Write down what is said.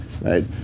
Right